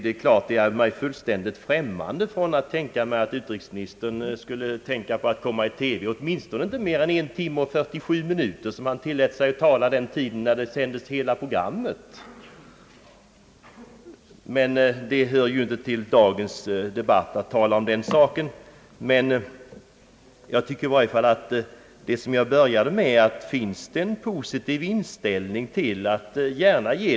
Det är mig fullständigt främmande att tro att utrikesministern skulle tänka på att komma i TV — åtminstone inte mer än 1 timme och 47 minuter, som han tillät sig tala vid ett tillfälle när hela debatten sändes i TV; men det hör ju inte till dagens ämne att tala om den saken. Jag tycker i alla fall att det som jag började med kunde ha förtjänat beaktande.